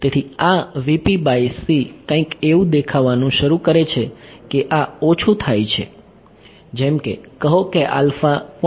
તેથી આ કંઈક એવું દેખાવાનું શરૂ કરે છે કે આ ઓછું થાય છે જેમ કે કહો કે આલ્ફા 0